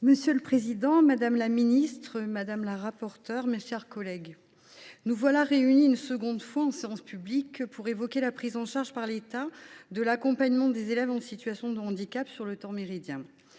Monsieur le président, madame la ministre, mes chers collègues, nous voilà réunis une seconde fois en séance publique pour évoquer la prise en charge par l’État de l’accompagnement des élèves en situation de handicap durant le temps méridien.